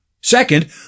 Second